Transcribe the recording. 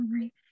right